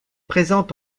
présent